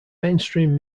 mainstream